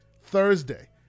Thursday